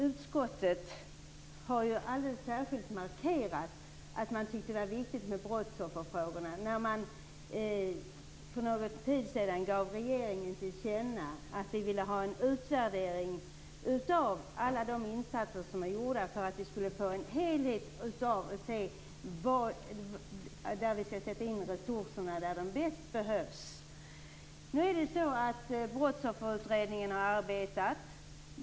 Utskottet har alldeles särskilt markerat att man tycker att brottsofferfrågorna är viktiga. För någon tid sedan gav vi regeringen till känna att vi ville ha en utvärdering av alla de insatser som har gjorts för att vi skall få en helhetsbild så att vi kan sätta in resurserna där de bäst behövs. Brottsofferutredningen har arbetat.